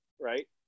right